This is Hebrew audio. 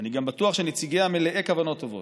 ואני גם בטוח שנציגיה מלאי כוונות טובות,